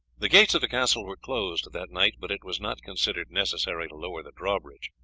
the gates of the castle were closed that night, but it was not considered necessary to lower the drawbridge.